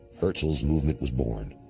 herzl's movement was born.